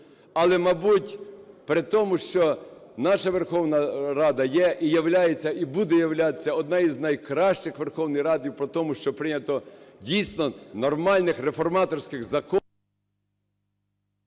Але, мабуть, при тому, що наша Верховна Рада є і являється, і буде являтися однією з найкращих Верховних Рад по тому, що прийнято, дійсно, нормальних реформаторських законів…